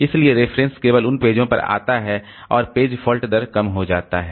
इसलिए रेफरेंस केवल उन पेजों पर आता है और पेज फॉल्ट दर कम हो जाता है